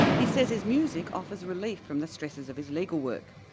he says his music offers relief from the stresses of his legal work,